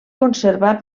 conservar